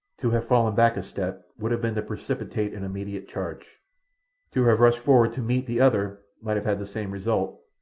to have fallen back a step would have been to precipitate an immediate charge to have rushed forward to meet the other might have had the same result,